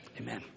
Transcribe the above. Amen